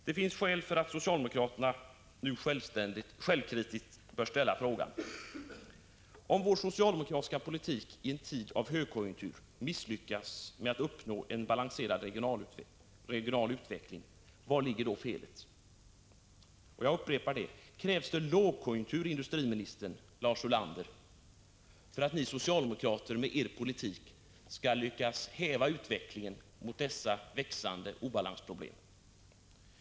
Det finns nu skäl för socialdemokraterna att självkritiskt fråga sig: Om vi med vår socialdemokratiska politik i en tid av högkonjunktur misslyckas med att uppnå en balanserad regional utveckling, vari ligger då felet? Jag frågar: Krävs det lågkonjunktur, industriministern och Lars Ulander, för att ni socialdemokrater med er politik skall lyckas häva utvecklingen mot växande obalansproblem?